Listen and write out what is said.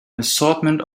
assortment